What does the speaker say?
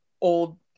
old